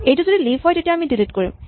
এইটো যদি লিফ হয় তেতিয়া আমি ডিলিট কৰিম